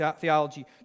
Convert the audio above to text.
theology